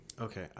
Okay